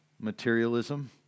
materialism